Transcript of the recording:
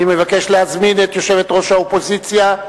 אני מבקש להזמין את יושבת-ראש האופוזיציה,